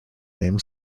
named